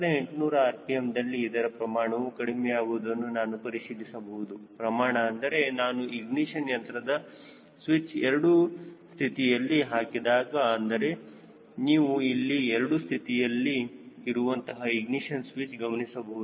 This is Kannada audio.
1800 rpmದಲ್ಲಿ ಇದರ ಪ್ರಮಾಣವು ಕಡಿಮೆಯಾಗುವುದನ್ನು ನಾನು ಪರಿಶೀಲಿಸಬಹುದು ಪ್ರಮಾಣ ಅಂದರೆ ನಾನು ಇಗ್ನಿಶನ್ ಯಂತ್ರದ ಸ್ವಿಚ್ ಎರಡು ತಿಥಿಯಲ್ಲಿ ಹಾಕಿದಾಗ ಅಂದರೆ ನೀವು ಇಲ್ಲಿ ಎರಡು ಸ್ಥಿತಿಯಲ್ಲಿ ಇರುವಂತಹ ಇಗ್ನಿಶನ್ ಸ್ವಿಚ್ ಗಮನಿಸಬಹುದು